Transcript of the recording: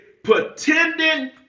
Pretending